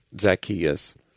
zacchaeus